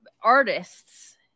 artists